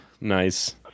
nice